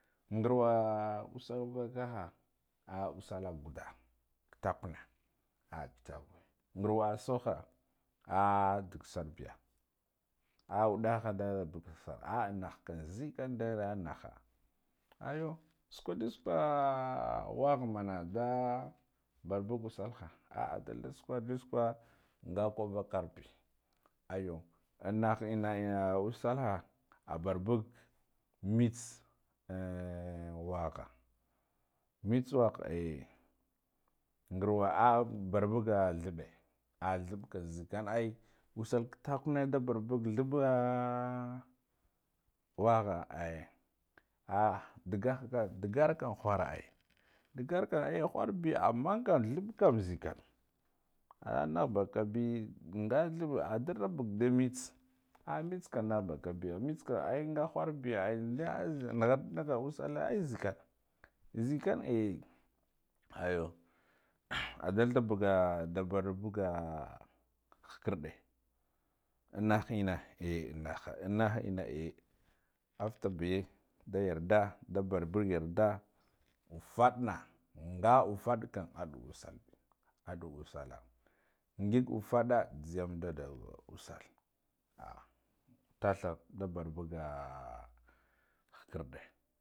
Ngirwa usal vakaha ah usala guda kita kna a kitakwe ngiwa soha a digsarbi ya a wudahe da bugfa ah nahkan zikan dara nahka ayo sukdu sukwa wahma da barbugun usalha aa dalda sulewadu sakwa nga kaɓ vakarbi ayo innah ina usal ha a barbug mtsa ehh wagha mta wha eh ngirwa a barbuga theɓɓe ah theɓɓ kan zikan ai usal kitakna da barbug theɓɓe awagha ehh ah digah kam digarkam whata ai digarkam eh wharbi ammakam theɓɓ kam zikan ah nahbakabi nga theɓɓ dada bugda mtss, eh mtss, kam nahbakabiyo mtss kam nga wharbiya ai nga dh nighad nigha usale ai zikan, zikan eh ayo adalda da buga da barbuga ah khikirɗe annah ingeh annaka inaha eh affabi da yarda da barbu yarda ufaɗna nga ufaɗkama aɗu usal bi aɗu usale ngig ufaɗe jhiyamda dausal a tatham da bar buga khikerɗe